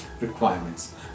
requirements